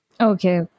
Okay